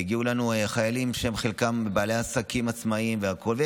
והגיעו אלינו חיילים שחלקם בעלי עסקים עצמאיים והכול,